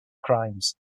crimes